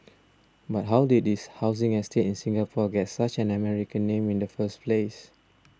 but how did this housing estate in Singapore get such an American name in the first place